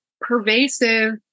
pervasive